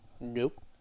nope